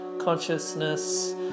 consciousness